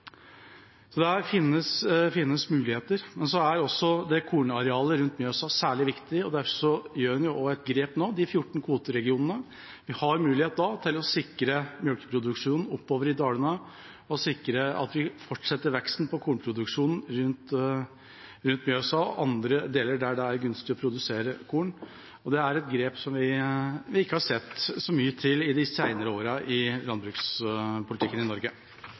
Så det finnes muligheter. Også kornarealet rundt Mjøsa er særlig viktig. Derfor gjør en nå et grep: de 14 kvoteregionene. Vi har da mulighet til å sikre mjølkeproduksjonen oppe i dalene og sikre fortsatt vekst i kornproduksjonen rundt Mjøsa og i andre områder der det er gunstig å produsere korn. Det er et grep som vi ikke har sett så mye til i landbrukspolitikken i Norge